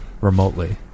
remotely